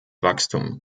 wachstum